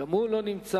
גם הוא לא נמצא.